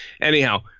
Anyhow